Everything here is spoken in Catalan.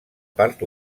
part